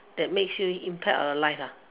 that makes you impact on your life ah